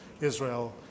Israel